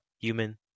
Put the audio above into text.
human